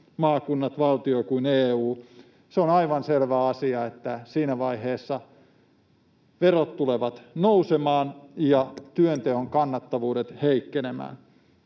maakunnat, valtio kuin EU. Se on aivan selvä asia, että siinä vaiheessa verot tulevat nousemaan ja työnteon kannattavuudet heikkenemään.